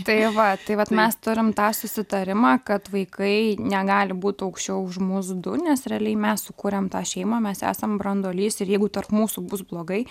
tai va tai vat mes turim tą susitarimą kad vaikai negali būt aukščiau už mus du nes realiai mes sukūrėm tą šeimą mes esam branduolys ir jeigu tarp mūsų bus blogai